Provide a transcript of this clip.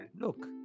Look